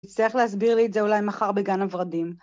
תצטרך להסביר לי את זה אולי מחר בגן הורדים